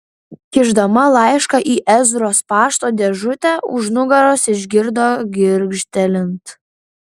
kišdama laišką į ezros pašto dėžutę už nugaros išgirdo girgžtelint